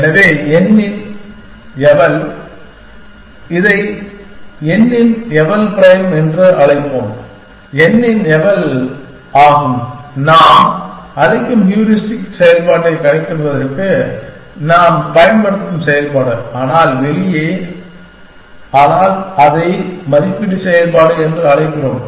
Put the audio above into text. எனவே n இன் eval இதை n இன் எவல் பிரைம் என அழைப்போம் இது n இன் eval ஆகும் இது நாம் அழைக்கும் ஹூரிஸ்டிக் செயல்பாட்டைக் கணக்கிடுவதற்கு நாம் பயன்படுத்தும் செயல்பாடு ஆனால் வெளியே ஆனால் அதை மதிப்பீட்டு செயல்பாடு என்று அழைக்கிறோம்